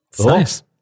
Nice